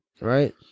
Right